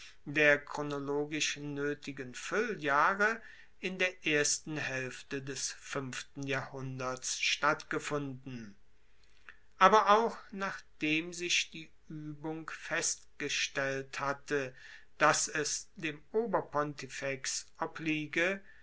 der chronologisch noetigen fuelljahre in der ersten haelfte des fuenften jahrhunderts stattgefunden aber auch nachdem sich die uebung festgestellt hatte dass es dem oberpontifex obliege